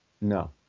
No